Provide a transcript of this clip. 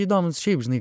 įdomūs šiaip žinai